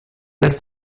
lässt